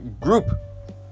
group